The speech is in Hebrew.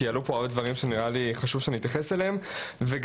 כי עלו פה דברים שנראה לי חשוב שאני אתייחס אליהם ולמפגש